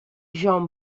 jean